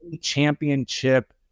championship